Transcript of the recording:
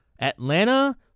Atlanta